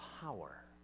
power